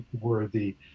worthy